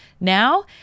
Now